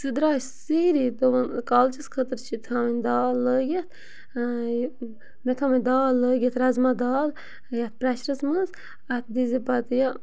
سُہ درٛاے سیٖری دوٚپُن کالچَس خٲطرٕ چھِ تھاوٕنۍ دال لٲگِتھ مےٚ تھٲمَے دال لٲگِتھ رَزما دال یَتھ پرٛیشرَس منٛز اَتھ دیٖزِ پتہٕ یہِ